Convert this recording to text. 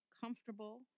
comfortable